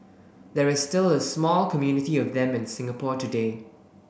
there is still a small community of them in Singapore today